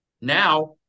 Now